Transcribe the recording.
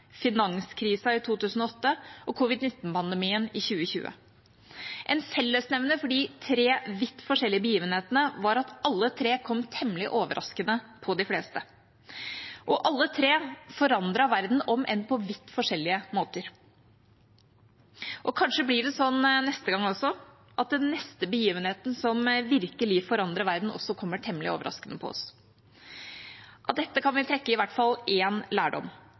i 2008 og covid-19-pandemien i 2020. En fellesnevner for de tre vidt forskjellige begivenhetene var at alle tre kom temmelig overraskende på de fleste. Og alle tre forandret verden, om enn på vidt forskjellige måter. Kanskje blir det sånn neste gang også – at den neste begivenheten som virkelig forandrer verden, kommer temmelig overraskende på oss. Av dette kan vi trekke i hvert fall én lærdom: